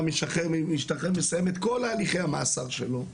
משתחרר ומסיים את כל הליכי המאסר שלו,